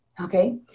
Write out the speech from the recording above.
Okay